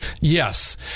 Yes